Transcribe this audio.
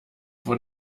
vor